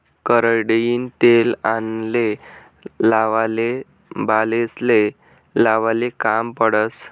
करडईनं तेल आंगले लावाले, बालेस्ले लावाले काम पडस